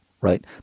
right